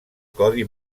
codi